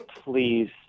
please